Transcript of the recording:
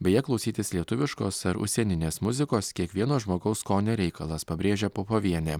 beje klausytis lietuviškos ar užsieninės muzikos kiekvieno žmogaus skonio reikalas pabrėžia popovienė